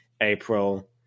April